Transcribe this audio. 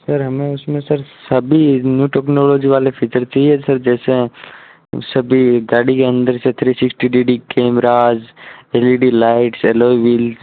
sir हमें उसमें sir सभी नो टेक्नोलॉज वाले फीचर चाहिए सर जैसे सभी गाड़ी के अंदर से three sixty degree cameras three D lights alloy wheels